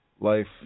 life